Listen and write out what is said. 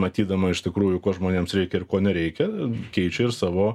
matydama iš tikrųjų ko žmonėms reikia ir ko nereikia keičia ir savo